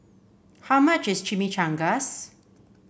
how much is Chimichangas